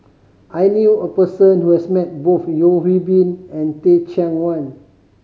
I knew a person who has met both Yeo Hwee Bin and Teh Cheang Wan